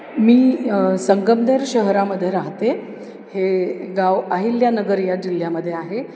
मी संगमनेर शहरामध्ये राहते हे गाव अहिल्यानगर या जिल्ह्यामध्ये आहे